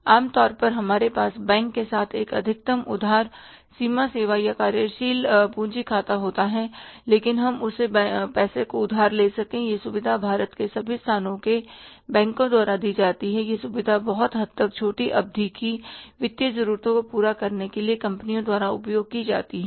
आम तौर पर हमारे पास बैंक के साथ एक अधिकतम उधार सीमा सेवा या कार्यशील पूंजी खाता होता है ताकि हम उस पैसे को उधार ले सकें यह सुविधा भारत के सभी स्थानों के बैंकों द्वारा दी जाती है यह सुविधा बहुत हद तक छोटी अवधि की वित्तीय जरूरतों को पूरा करने के लिए कंपनियों द्वारा उपयोग की जाती है